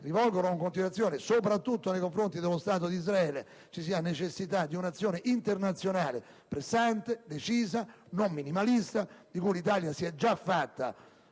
rivolgono in continuazione soprattutto nei confronti dello Stato di Israele, ci sia necessità di un'azione internazionale pressante, decisa, non minimalista, di cui l'Italia si è già fatta